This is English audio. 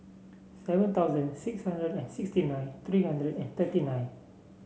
seven thousand six hundred and sixty nine three hundred and thirty nine